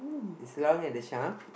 is long and the sharp